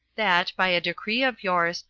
that, by a decree of yours,